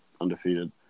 undefeated